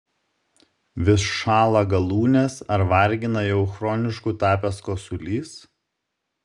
vis šąla galūnės ar vargina jau chronišku tapęs kosulys